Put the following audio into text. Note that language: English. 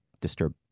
disturb